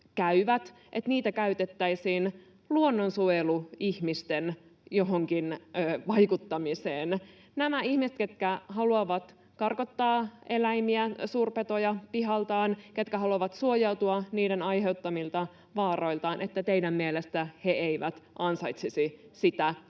käyvät — käytettäisiin luonnonsuojeluihmisten johonkin vaikuttamiseen. Nämä ihmiset, ketkä haluavat karkottaa eläimiä, suurpetoja, pihaltaan, ketkä haluavat suojautua niiden aiheuttamilta vaaroilta, eivät teidän mielestänne ansaitsisi sitä tukea,